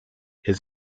his